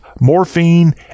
morphine